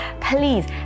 please